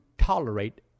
tolerate